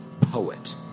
poet